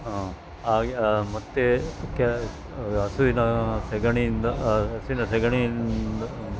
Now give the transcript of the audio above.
ಹಾಗೆ ಮತ್ತು ಕ್ಯ ಹಸುವಿನ ಸಗಣಿಯಿಂದ ಹಸುವಿನ ಸಗಣಿಯಿಂದ